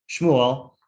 Shmuel